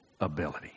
ability